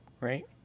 right